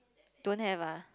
don't have ah